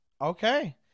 Okay